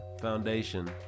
Foundation